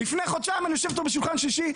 לפני חודשיים אני יושב איתו בשולחן שישי.